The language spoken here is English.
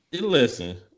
Listen